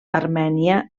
armènia